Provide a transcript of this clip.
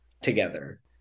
together